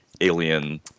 alien